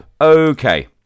Okay